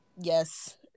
yes